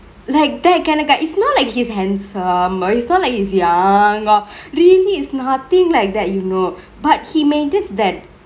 like that kind of guy it's not like he's handsome or it's not like he's youngk or really is nothingk like that you know but he made it that